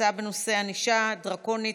הצעה בנושא: ענישה דרקונית,